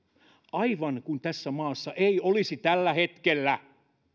aivan kuin tässä maassa ei olisi tällä hetkellä